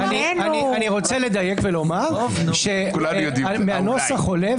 אני רוצה לדייק ולומר שמהנוסח עולה,